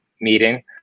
meeting